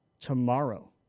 tomorrow